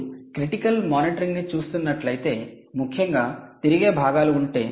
మీరు critical monitoring ను చూస్తున్నట్లయితే ముఖ్యంగా తిరిగే భాగాలు ఉంటే